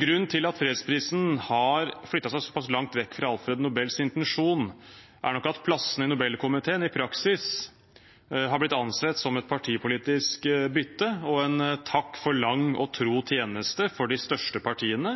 grunn til at fredsprisen har flyttet seg såpass langt vekk fra Alfred Nobels intensjon, er nok at plassene i Nobelkomiteen i praksis har blitt ansett som et partipolitisk bytte og en takk for lang og tro tjeneste for de største partiene,